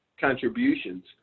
contributions